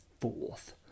fourth